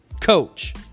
coach